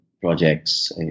projects